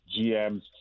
GMs